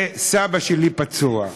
וסבא שלי פצוע.